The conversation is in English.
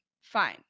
fine